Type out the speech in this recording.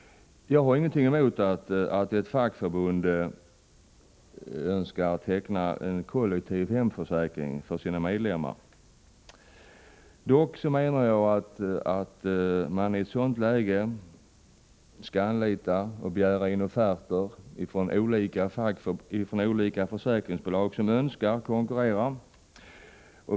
Jag har ingenting emot att ett fackförbund skall teckna en kollektiv hemförsäkring för sina medlemmar. Dock menar jag att man i ett sådant läge skall begära in offerter från olika försäkringsbolag som önskar konkurrera.